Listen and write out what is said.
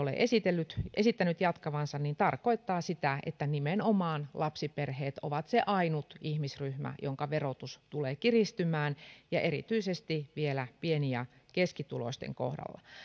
ole esittänyt jatkavansa tarkoittaa sitä että nimenomaan lapsiperheet ovat se ainut ihmisryhmä jonka verotus tulee kiristymään ja erityisesti vielä pieni ja keskituloisten kohdalla